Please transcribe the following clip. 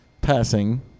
passing